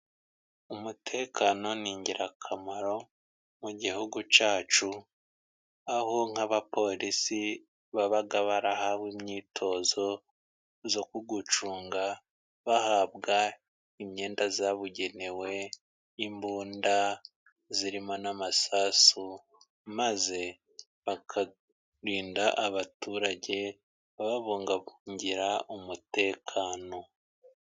Umutekano ni ingirakamaro mu gihugu cyacu, aho nk'abapolisi baba barahawe imyitozo yo kuwucunga, bahabwa imyenda yabugenewe, imbunda zirimo n'amasasu. Maze bakarinda abaturage babungabungira umutekano.